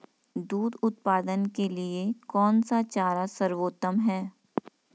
दूध उत्पादन के लिए कौन सा चारा सर्वोत्तम है?